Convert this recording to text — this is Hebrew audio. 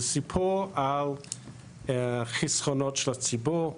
זה סיפור על חסכונות של הציבור,